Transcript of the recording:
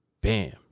bam